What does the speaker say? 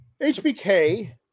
HBK